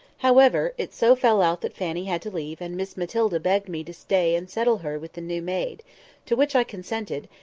however, it so fell out that fanny had to leave and miss matilda begged me to stay and settle her with the new maid to which i consented,